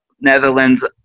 Netherlands